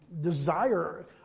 desire